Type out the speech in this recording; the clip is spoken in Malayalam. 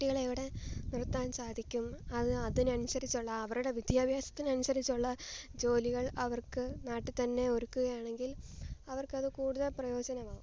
കുട്ടികളെ ഇവിടെ നിർത്താൻ സാധിക്കും അതി അതിനനുസരിച്ചുള്ള അവരുടെ വിദ്യാഭ്യാസത്തിനു അനുസരിച്ചുള്ള ജോലികൾ അവർക്കു നാട്ടിൽത്തന്നെ ഒരുക്കുകയാണെങ്കിൽ അവർക്കതു കൂടുതൽ പ്രയോജനമാകും